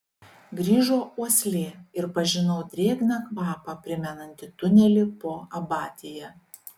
grįžo uoslė ir pažinau drėgną kvapą primenantį tunelį po abatija